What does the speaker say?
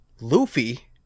Luffy